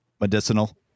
medicinal